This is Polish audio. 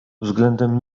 względem